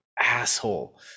asshole